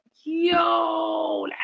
yo